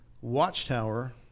watchtower